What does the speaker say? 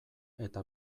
eta